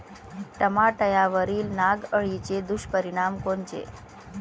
टमाट्यावरील नाग अळीचे दुष्परिणाम कोनचे?